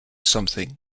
something